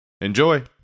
Enjoy